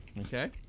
Okay